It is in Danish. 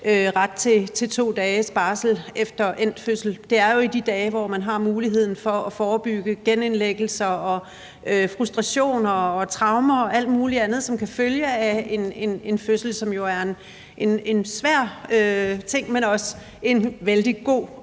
ret til 2 dages barsel efter endt fødsel. Det er jo i de dage, hvor man har muligheden for at forebygge genindlæggelser og frustrationer og traumer og alt mulig andet, som kan følge af en fødsel, som jo er en svær ting, men også en vældig god